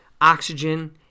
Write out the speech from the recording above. oxygen